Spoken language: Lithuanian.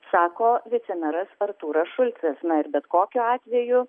sako vicemeras artūras šulcas na ir bet kokiu atveju